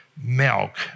milk